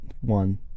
one